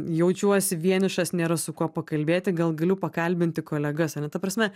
jaučiuosi vienišas nėra su kuo pakalbėti gal galiu pakalbinti kolegas ar ne ta prasme